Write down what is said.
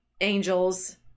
angels